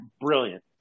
brilliant